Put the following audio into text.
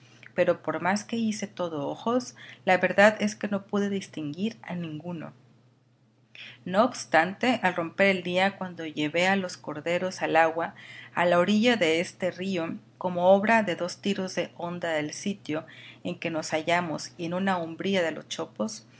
pero por más que hice todo ojos la verdad es que no pude distinguir a ninguno no obstante al romper el día cuando llevé a los corderos al agua a la orilla de este río como obra de dos tiros de honda del sitio en que nos hallamos y en una umbría de los chopos